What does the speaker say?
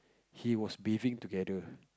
he was bathing together